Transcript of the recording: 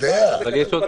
וצריך לתת עליה את